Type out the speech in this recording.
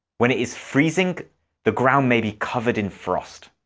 when it is freezing the ground may be covered in frost.